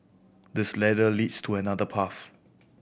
this ladder leads to another path